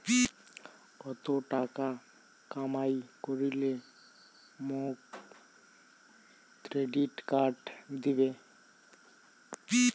কত টাকা কামাই করিলে মোক ক্রেডিট কার্ড দিবে?